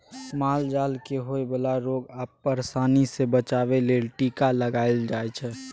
माल जाल केँ होए बला रोग आ परशानी सँ बचाबे लेल टीका लगाएल जाइ छै